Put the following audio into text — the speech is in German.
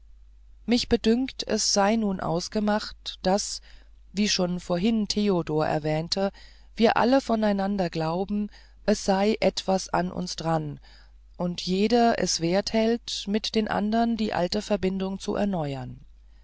mich bedünkt es sei nun ausgemacht daß wie schon vorhin theodor erwähnte wir alle voneinander glauben es sei etwas an uns daran und jeder es wert hält mit dem andern die alte verbindung zu erneuern